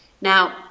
now